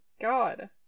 God